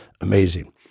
amazing